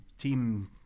team